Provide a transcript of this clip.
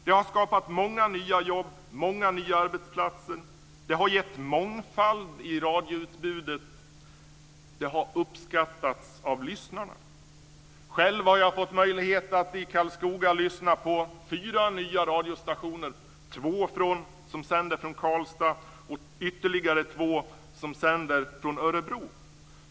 Detta har skapat många nya jobb och många nya arbetsplatser och det har gett en mångfald i radioutbudet. Det har också uppskattats av lyssnarna. Själv har jag fått möjlighet att i Karlskoga lyssna på fyra nya radiostationer, två som sänder från Karlstad och två som sänder från Örebro.